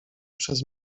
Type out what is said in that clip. przez